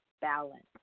balance